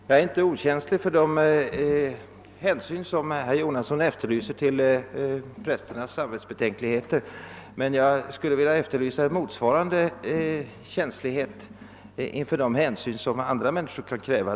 Herr talman! Jag är inte okänslig för det hänsynstagande till prästernas samvetsbetänkligheter som herr Jonasson efterlyser. Men jag skulle vilja efterlysa en motsvarande känslighet inför de hänsyn som andra människor kan kräva.